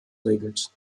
regelt